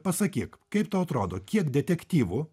pasakyk kaip tau atrodo kiek detektyvų